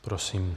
Prosím.